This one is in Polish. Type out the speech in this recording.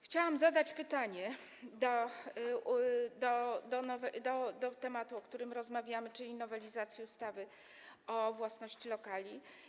Chciałabym zadać pytanie odnośnie do tematu, o którym rozmawiamy, czyli nowelizacji ustawy o własności lokali.